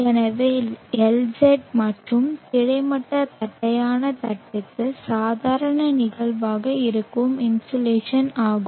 எனவே Lz மட்டுமே கிடைமட்ட தட்டையான தட்டுக்கு சாதாரண நிகழ்வாக இருக்கும் இன்சோலேஷன் ஆகும்